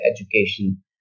education